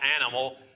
animal